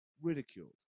ridiculed